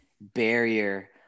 barrier